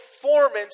performance